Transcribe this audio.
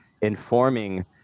informing